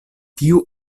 tiu